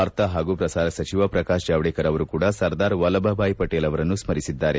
ವಾರ್ತಾ ಹಾಗೂ ಪ್ರಸಾರ ಸಚಿವ ಪ್ರಕಾಶ್ ಜಾವ್ಹೇಕರ್ ಅವರು ಕೂಡ ಸರ್ದಾರ್ ವಲ್ಲಭಬಾಯ್ ಪಟೇಲ್ ಅವರನ್ನು ಸ್ವರಿಸಿದ್ದಾರೆ